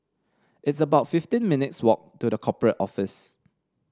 it's about fifteen minutes' walk to The Corporate Office